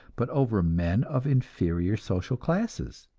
but over men of inferior social classes,